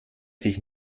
sich